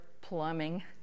plumbing